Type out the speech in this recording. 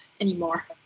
anymore